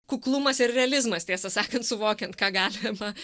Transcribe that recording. kuklumas ir realizmas tiesą sakant suvokiant ką galima